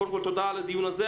תודה על הדיון הזה,